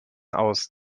aus